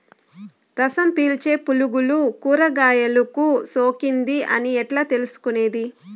రసం పీల్చే పులుగులు కూరగాయలు కు సోకింది అని ఎట్లా తెలుసుకునేది?